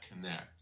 connect